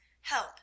help